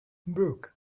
brook